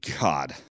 God